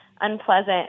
unpleasant